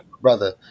brother